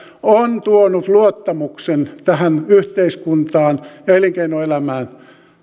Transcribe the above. on tuonut luottamuksen tähän yhteiskuntaan ja elinkeinoelämään